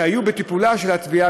שיהיו בטיפולה של התביעה